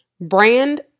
Brand